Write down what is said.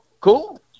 cool